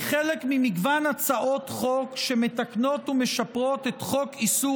היא חלק ממגוון הצעות חוק שמתקנות ומשפרות את חוק איסור